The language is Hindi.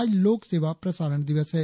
आज लोकसेवा प्रसारण दिवस हैं